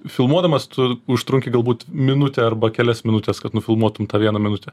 filmuodamas tu užtrunki galbūt minutę arba kelias minutes kad nufilmuotum tą vieną minutę